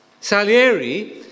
Salieri